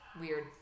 weird